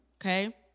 Okay